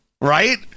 right